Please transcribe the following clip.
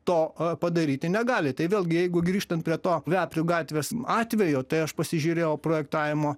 to padaryti negali tai vėlgi jeigu grįžtant prie to veprių gatvės atvejo tai aš pasižiūrėjau projektavimo